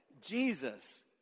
Jesus